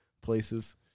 places